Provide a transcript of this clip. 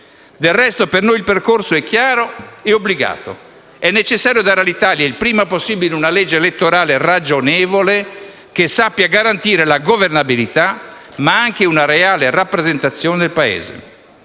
Del resto, per noi il percorso è chiaro e obbligatorio. È necessario dare all'Italia il prima possibile una legge elettorale ragionevole, che sappia garantire la governabilità ma anche una reale rappresentazione del Paese.